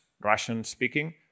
Russian-speaking